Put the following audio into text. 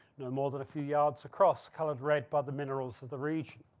no more than a few yards across colored red by the minerals of the region.